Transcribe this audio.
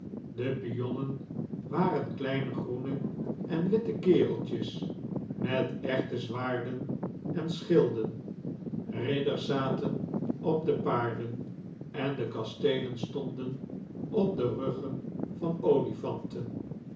de pionnen waren kleine groene en witte kereltjes met echte zwaarden en schilden ridders zaten op de paarden en de kasteelen stonden op de ruggen van olifanten